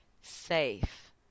Safe